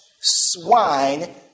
swine